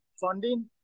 Funding